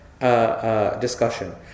Discussion